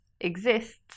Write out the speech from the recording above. exists